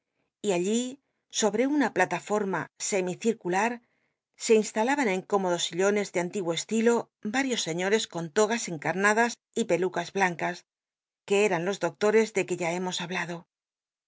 y allí sobre una plataforma semi cieular se instalaban en cómodos sillones de antiguo estilo varios señores con togas encanadas y pelucas blancas que eran los doctores de que ya hemos hablado